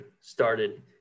started